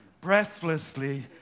breathlessly